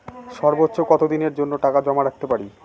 সর্বোচ্চ কত দিনের জন্য টাকা জমা রাখতে পারি?